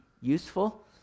useful